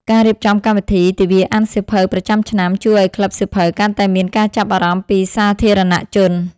ការរៀបចំកម្មវិធី ទិវាអានសៀវភៅប្រចាំឆ្នាំ ជួយឱ្យក្លឹបសៀវភៅកាន់តែមានការចាប់អារម្មណ៍ពីសាធារណជន។